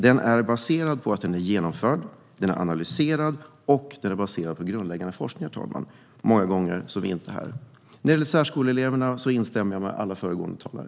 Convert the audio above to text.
Den här lösningen är genomförd, analyserad och baserad på grundläggande forskning, herr talman. Det är många gånger som det inte är så. När det gäller särskoleeleverna instämmer jag med alla föregående talare.